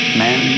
man